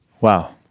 Wow